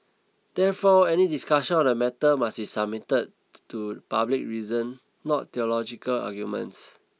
therefore any discussions on the matter must be submitted to public reason not theological arguments